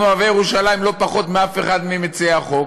אנחנו אוהבי ירושלים לא פחות מאף אחד ממציעי החוק,